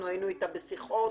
שהיינו אתה בשיחות